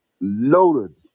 loaded